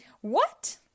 What